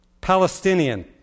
Palestinian